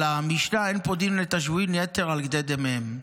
על המשנה "אין פודין את השבויים יתר על כדי דמיהם,